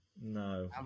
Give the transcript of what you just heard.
No